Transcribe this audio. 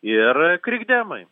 ir krikdemai